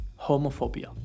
Homophobia